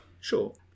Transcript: Sure